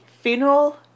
funeral